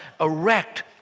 erect